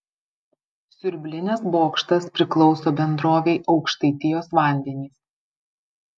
siurblinės bokštas priklauso bendrovei aukštaitijos vandenys